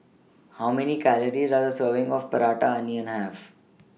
How Many Calories Does A Serving of Prata Onion Have